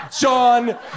John